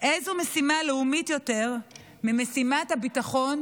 איזו משימה לאומית יותר ממשימת הביטחון